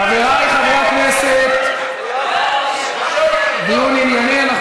חברי חברי הכנסת, דיון ענייני.